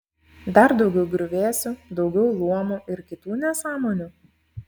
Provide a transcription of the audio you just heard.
dar daugiau griuvėsių daugiau luomų ir kitų nesąmonių